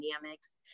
dynamics